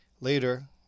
Later